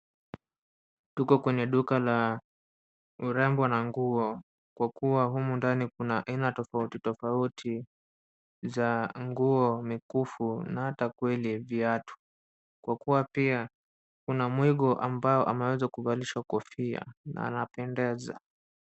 Tuko kwenye duka la urembo na nguo kwa kuwa humu ndani kuna aina tofauti tofauti za nguo mikufu na hata kweli viatu kwa kuwa pia kuna mwigo ambao ameweza kuvalishwa kofia na anapendeza.